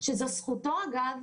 שזו זכותו אגב,